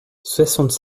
soixante